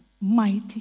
mighty